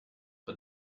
but